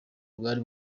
bwari